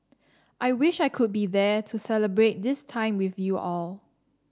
I wish I could be there to celebrate this time with you all